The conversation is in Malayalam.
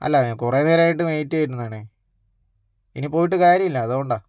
അല്ല കുറെ നേരമായിട്ട് വെയിറ്റ് ചെയ്യുന്നതാണേ ഇനി പോയിട്ട് കാര്യയില്ല അത് കൊണ്ടാ